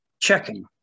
checking